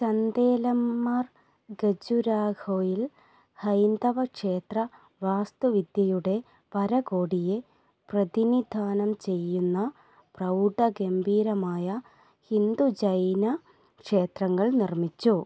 ചന്ദേലമാര് ഖജുരാഹോയിൽ ഹൈന്ദവ ക്ഷേത്ര വാസ്തു വിദ്യയുടെ പരകോടിയെ പ്രതിനിധാനം ചെയ്യുന്ന പ്രൗഢ ഗംഭീരമായ ഹിന്ദു ജൈന ക്ഷേത്രങ്ങൾ നിർമ്മിച്ചു